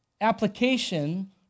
application